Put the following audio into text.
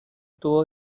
tuvo